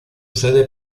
sede